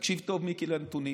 תקשיב טוב, מיקי, לנתונים.